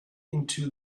into